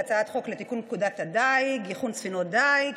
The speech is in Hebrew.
להצעת חוק לתיקון פקודת הדיג (איכון ספינות דיג),